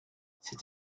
c’est